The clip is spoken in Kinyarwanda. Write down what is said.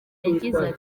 yagize